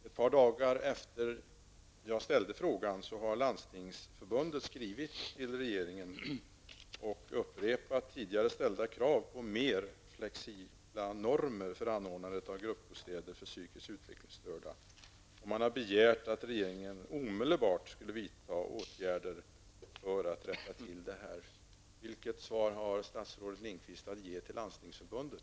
Ett par dagar efter det att jag ställde frågan skrev Landstingsförbundet till regeringen och upprepade tidigare ställda krav på mer flexibla normer för anordnandet av gruppbostäder för psykiskt utvecklingsstörda, och man begärde att regeringen omedelbart skulle vidta åtgärder för att rätta till det här. Vilket svar har statsrådet Lindqvist att ge till Landstingsförbundet?